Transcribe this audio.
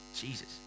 Jesus